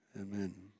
amen